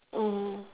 mm